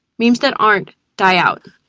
memes that aren't die out.